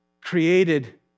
created